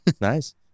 nice